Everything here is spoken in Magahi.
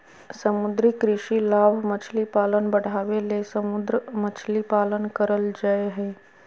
समुद्री कृषि लाभ मछली पालन बढ़ाबे ले समुद्र मछली पालन करल जय हइ